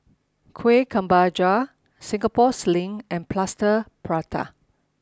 Kuih Kemboja Singapore sling and plaster prata